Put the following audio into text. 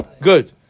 Good